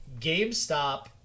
gamestop